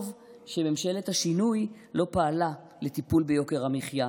שממשלת השינוי לא פעלה לטיפול ביוקר המחיה,